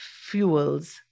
fuels